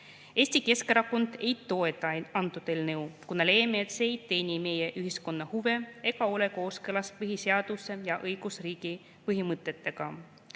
Eesti Keskerakond ei toeta seda eelnõu, kuna leiame, et see ei teeni ühiskonna huve ega ole kooskõlas põhiseaduse ja õigusriigi põhimõtetega.